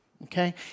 Okay